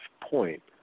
point